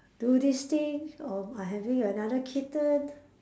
do this thing or are having another kitten